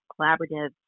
Collaborative